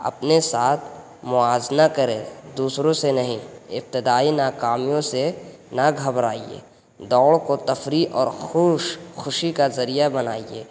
اپنے ساتھ موازنہ کریں دوسروں سے نہیں ابتدائی ناکامیوں سے نہ گھبرائیے دوڑ کو تفریح اور خوش خوشی کا ذریعہ بنائیے